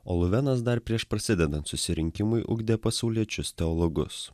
o luvenas dar prieš prasidedant susirinkimui ugdė pasauliečius teologus